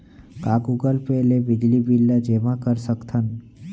का Google pay ले बिजली बिल ल जेमा कर सकथन?